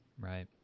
Right